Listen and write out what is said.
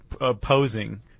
opposing